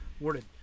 worded